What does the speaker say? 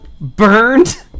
burned